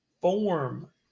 form